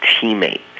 teammate